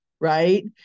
right